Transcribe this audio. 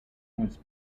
was